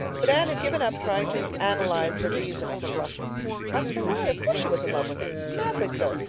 but anne had given up trying to analyze the reason of her blushes. as for roy, of course she was in love with him madly so.